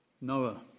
Noah